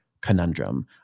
conundrum